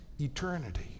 eternity